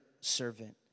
servant